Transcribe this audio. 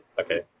Okay